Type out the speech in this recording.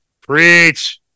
Preach